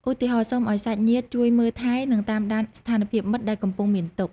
ឧទាហរណ៍៍ សូមឱ្យសាច់ញាតិជួយមើលថែ និងតាមដានស្ថានភាពមិត្តដែលកំពុងមានទុក្ខ។